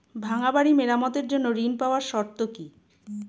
ভাঙ্গা বাড়ি মেরামতের জন্য ঋণ পাওয়ার শর্ত কি?